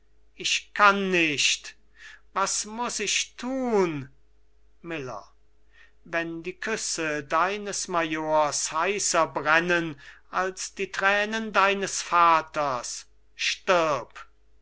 ich kann nicht was muß ich thun miller wenn die küsse deines majors heißer brennen als die thränen deines vaters stirb